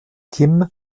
kim